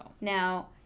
Now